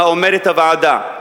מה אומרת הוועדה,